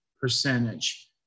percentage